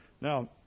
Now